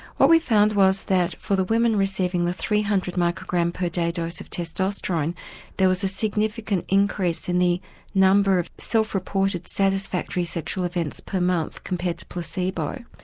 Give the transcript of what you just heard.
what we found was that for the women receiving the three hundred microgram per day dose of testosterone there was a significant increase in the number of self-reported satisfactory sexual events per month compared to placebo.